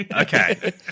Okay